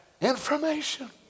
information